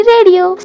Radio